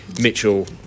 Mitchell